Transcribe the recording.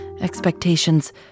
expectations